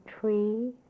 tree